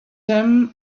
him